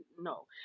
no